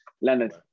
Leonard